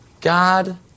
God